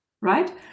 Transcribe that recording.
right